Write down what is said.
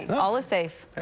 all is safe.